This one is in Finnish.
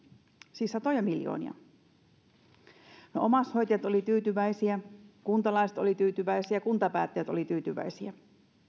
siis satoja miljoonia no omaishoitajat olivat tyytyväisiä kuntalaiset olivat tyytyväisiä kuntapäättäjät olivat tyytyväisiä